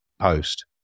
post